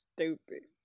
Stupid